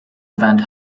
event